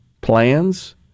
plans